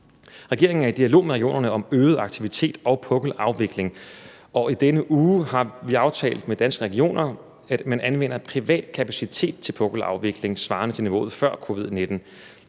Regeringen er i dialog med regionerne om øget aktivitet og pukkelafvikling, og i denne uge har vi aftalt med Danske Regioner, at man anvender privat kapacitet til pukkelafvikling svarende til niveauet før covid-19.